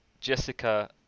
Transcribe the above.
Jessica